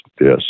Yes